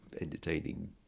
entertaining